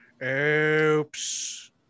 Oops